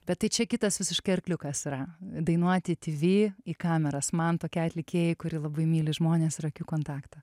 bet tai čia kitas visiškai arkliukas yra dainuoti tv į kameras man tokie atlikėjai kurie labai myli žmones ir akių kontaktą